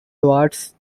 towards